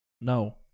No